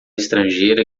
estrangeira